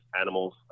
animals